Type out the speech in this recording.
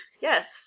Yes